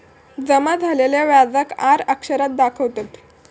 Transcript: जमा झालेल्या व्याजाक आर अक्षरात दाखवतत